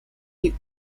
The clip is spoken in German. die